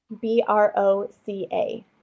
B-R-O-C-A